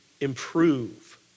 improve